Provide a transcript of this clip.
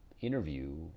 interview